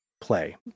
play